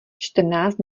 čtrnáct